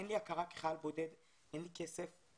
אין לי הכרה כחייל בודד, אין לי כסף.